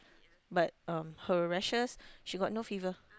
but um her rashes she got no fever